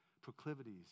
proclivities